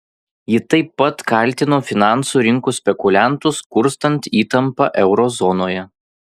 ji taip pat kaltino finansų rinkų spekuliantus kurstant įtampą euro zonoje